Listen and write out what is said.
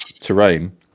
terrain